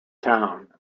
town